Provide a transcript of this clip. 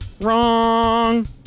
wrong